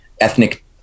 ethnic